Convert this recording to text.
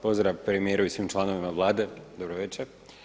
Pozdrav premijeru i svim članovima Vlade, dobra večer!